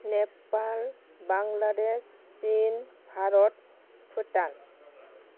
Nepal Bangladesh China Bharat Bhutan